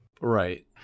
Right